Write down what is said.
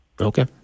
okay